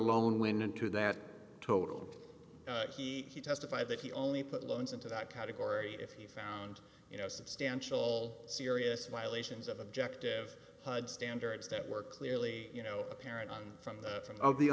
loan when and to that total he testified that he only put loans into that category if he found you know substantial serious violations of objective standards that were clearly you know apparent on some of the